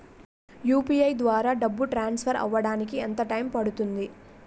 UPI ద్వారా డబ్బు transfer అవ్వడానికి ఎంత టైం పడుతుంది?